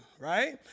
right